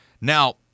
Now